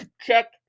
Check